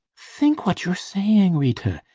think what you're saying, rita.